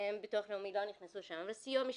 ביטוח לאומי גם נכנסו שם וסיוע משפטי,